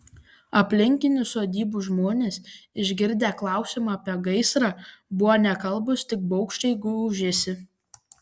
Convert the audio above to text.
aplinkinių sodybų žmonės išgirdę klausimą apie gaisrą buvo nekalbūs tik baugščiai gūžėsi